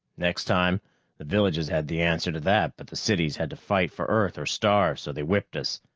next time the villages had the answer to that but the cities had to fight for earth or starve, so they whipped us.